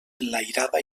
enlairada